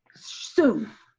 soon.